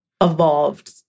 evolved